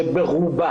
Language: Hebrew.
שברובו